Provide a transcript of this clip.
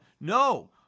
No